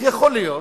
איך יכול להיות